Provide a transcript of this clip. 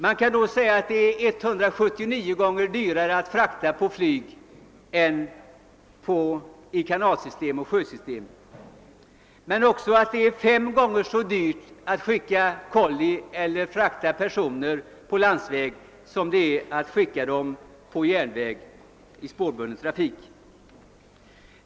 Man kan alltså säga att det är 179 gånger dyrare att frakta på flyg än i kanaloch sjösystem men också att det är fem gånger så dyrt att skicka kolli eller frakta personer på landsväg som det är att skicka dem på järnväg i spårbunden trafik.